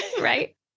right